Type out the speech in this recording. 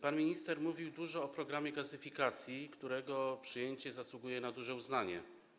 Pan minister mówił dużo o programie gazyfikacji, którego przyjęcie zasługuje na duże uznanie.